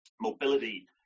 mobility